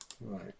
Right